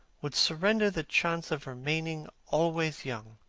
would surrender the chance of remaining always young,